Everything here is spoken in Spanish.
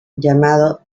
llamado